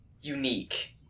unique